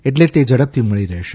એટલે તે ઝડપથી મળી રહેશે